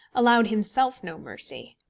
allowed himself no mercy.